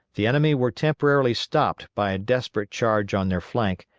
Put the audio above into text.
the enemy were temporarily stopped by a desperate charge on their flank,